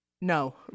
No